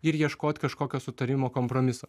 ir ieškot kažkokio sutarimo kompromiso